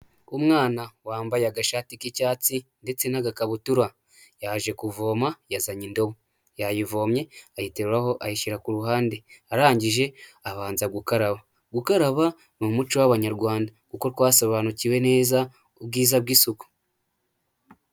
Umwana wambaye agashati k'icyatsi ndetse n'agakabutura yaje kuvoma yazanye indobo yayivomye ayiteruraho ayishyira ku ruhande arangije abanza gukaraba, gukaraba ni umuco w'abanyarwanda kuko twasobanukiwe neza ubwiza bw'isuku.